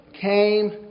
came